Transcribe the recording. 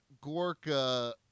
Gorka